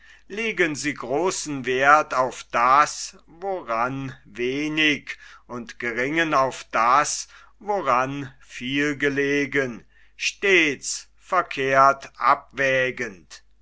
legen sie großen werth auf das woran wenig und geringen auf das woran viel gelegen stets verkehrt abwägend